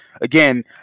again